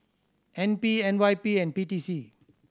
N P N Y P and P T C